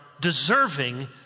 deserving